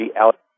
out